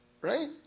right